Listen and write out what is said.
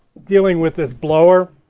dealing with this blower